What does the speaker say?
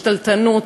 שתלטנות,